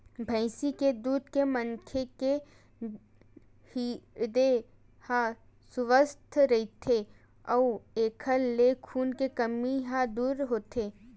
भइसी के दूद ले मनखे के हिरदे ह सुवस्थ रहिथे अउ एखर ले खून के कमी ह दूर होथे